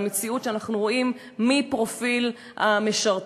במציאות שאנחנו רואים מפרופיל המשרתים,